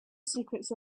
secrets